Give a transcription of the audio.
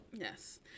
Yes